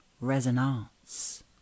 resonance